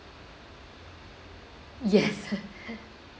yes